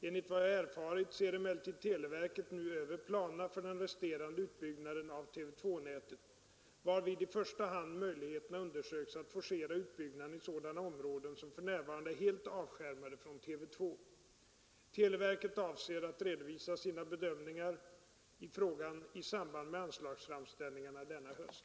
Enligt vad jag erfarit ser emellertid televerket nu över planerna för den resterande utbyggnaden av TV 2-nätet, varvid i första hand möjligheterna undersöks att forcera utbyggnaden i sådana områden som för närvarande är helt avskärmade från TV 2. Televerket avser att redovisa sina bedömningar i frågan i samband med anslagsframställningen denna höst.